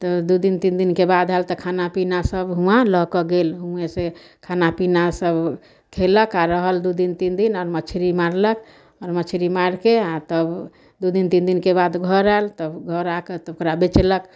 तऽ दू दिन तीन दिनके बाद आयल तऽ खाना पीना सब हुवाँ लऽ कऽ गेल हुवें से खाना पीना सब खेलक आ रहल दू दिन तीन दिन आओर मछली मारलक और मछली माइर के तब दू दिन तीन दिन के बाद घर आएल तब घर आ कऽ तब ओकरा बेचलक